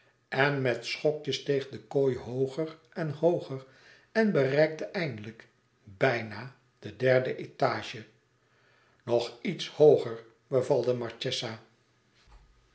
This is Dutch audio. en met schokjes steeg de kooi hooger en hooger en bereikte eindelijk bijna de derde étage nog iets hooger beval de marchesa